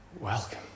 welcome